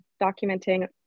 documenting